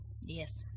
Yes